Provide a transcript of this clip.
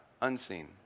unseen